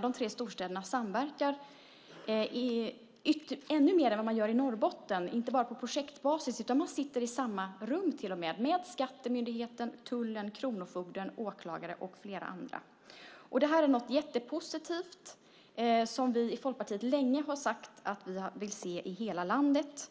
de tre storstäderna ännu mer än vad man gör i Norrbotten - inte bara på projektbasis. Man sitter i samma rum - skattemyndigheten, tullen, kronofogden, åklagare med flera. Det är något väldigt positivt som vi i Folkpartiet länge har sagt att vi vill se i hela landet.